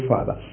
Father